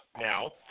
now